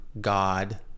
God